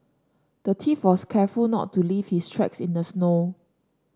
the thief was careful not to leave his tracks in the snow